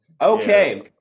Okay